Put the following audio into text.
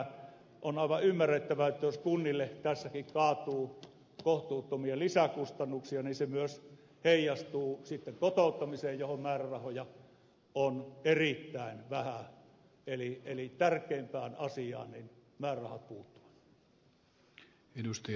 on aivan ymmärrettävää että jos kunnille tässäkin kaatuu kohtuuttomia lisäkustannuksia se myös heijastuu sitten kotouttamiseen johon määrärahoja on erittäin vähän eli tärkeimpään asiaan määrärahat puuttuvat